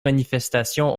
manifestations